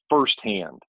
firsthand